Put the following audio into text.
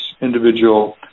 individual